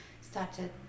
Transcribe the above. started